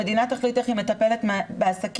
המדינה תחליט איך היא מטפלת בעסקים.